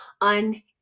on